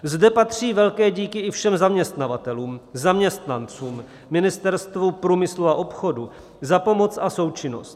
Zde patří velké díky i všem zaměstnavatelům, zaměstnancům, Ministerstvu průmyslu a obchodu za pomoc a součinnost.